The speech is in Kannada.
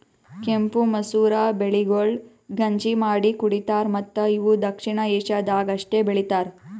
ಕೆಂಪು ಮಸೂರ ಬೆಳೆಗೊಳ್ ಗಂಜಿ ಮಾಡಿ ಕುಡಿತಾರ್ ಮತ್ತ ಇವು ದಕ್ಷಿಣ ಏಷ್ಯಾದಾಗ್ ಅಷ್ಟೆ ಬೆಳಿತಾರ್